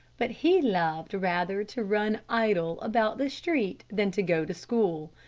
but he loved rather to run idle about the street than to go to school.